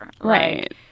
right